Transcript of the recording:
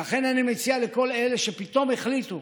ולכן, אני מציע לכל אלה שפתאום החליטו